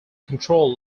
control